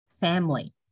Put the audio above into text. family